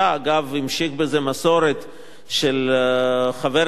הוא המשיך בזה מסורת של חבר סיעתו,